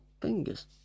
fingers